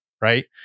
right